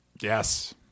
yes